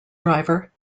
driver